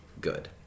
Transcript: good